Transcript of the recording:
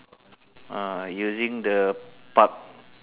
ah using the park